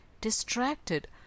distracted